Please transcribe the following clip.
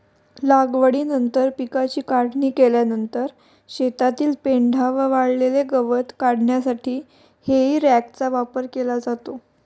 लागवडीनंतर पिकाची काढणी केल्यानंतर शेतातील पेंढा व वाळलेले गवत काढण्यासाठी हेई रॅकचा वापर केला जातो